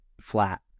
flat